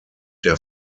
der